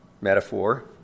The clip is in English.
metaphor